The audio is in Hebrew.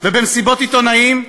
ובמסיבות עיתונאים,